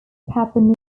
papua